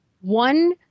one